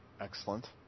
Excellent